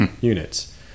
units